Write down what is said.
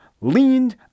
leaned